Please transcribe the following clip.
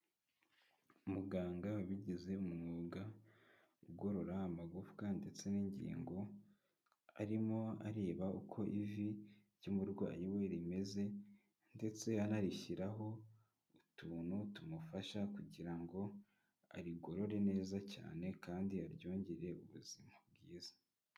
Muganga wabigize umwuga, ugorora amagufwa ndetse n'ingingo, arimo areba uko ivi ry'umurwayi we rimeze, ndetse anarishyiraho utuntu tumufasha kugira ngo arigorore neza cyane, kandi aryongere ubuzima bwiza.